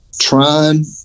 trying